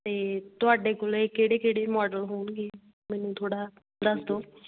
ਅਤੇ ਤੁਹਾਡੇ ਕੋਲ ਕਿਹੜੇ ਕਿਹੜੇ ਮਾਡਲ ਹੋਣਗੇ ਮੈਨੂੰ ਥੋੜ੍ਹਾ ਦੱਸ ਦਿਉ